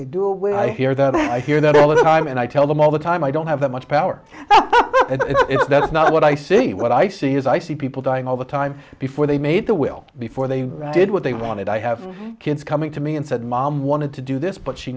they do away i hear that i hear that all the time and i tell them all the time i don't have that much power that's not what i see what i see is i see people dying all the time before they made the will before they did what they wanted i have kids coming to me and said mom wanted to do this but she